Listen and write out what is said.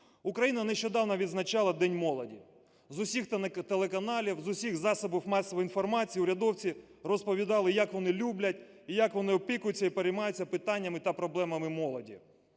Україна нещодавно відзначала День молоді. З усіх телеканалів, з усіх засобів масової інформації урядовці розповідали, як вони люблять, і як вони опікуються і переймаються питаннями та проблемами молоді,